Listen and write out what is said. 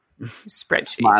Spreadsheet